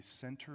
center